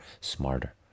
smarter